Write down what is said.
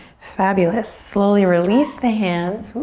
fabulous. slowly release the hands.